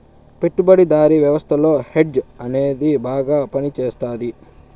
పెట్టుబడిదారీ వ్యవస్థలో హెడ్జ్ అనేది బాగా పనిచేస్తది